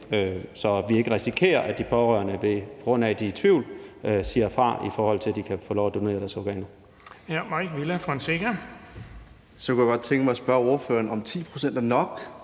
så vi ikke risikerer, at de pårørende, på grund af at de er i tvivl, siger fra, altså i forhold til at give lov til at donere deres organer.